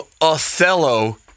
Othello